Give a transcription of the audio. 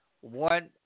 one